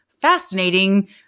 fascinating